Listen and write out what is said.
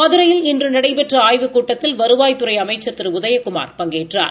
மதுரையில் இன்று நடைபெற்ற ஆய்வுக்கூட்டத்தில் வருவாய்த்துறை அமைச்சா் திரு உதயகுமார் பங்கேற்றார்